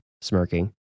smirking